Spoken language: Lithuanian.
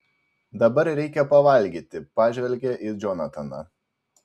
dabar reikia pavalgyti pažvelgia į džonataną